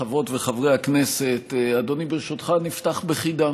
חברות וחברי הכנסת, אדוני, ברשותך נפתח בחידה